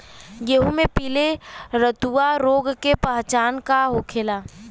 गेहूँ में पिले रतुआ रोग के पहचान का होखेला?